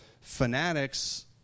fanatics